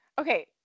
okay